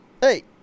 Hey